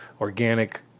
organic